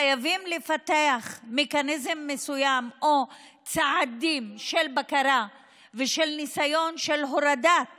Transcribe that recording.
חייבים לפתח מכניזם מסוים או צעדים של בקרה ושל ניסיון של הורדת